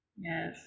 yes